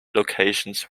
locations